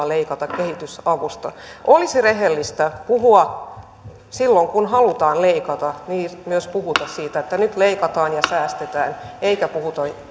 leikata kehitysavusta olisi rehellistä myös puhua silloin kun halutaan leikata siitä että nyt leikataan ja säästetään eikä